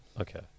Okay